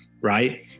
right